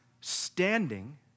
standing